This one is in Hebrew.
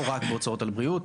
לא רק בהוצאות על בריאות.